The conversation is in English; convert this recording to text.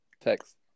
text